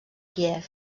kíev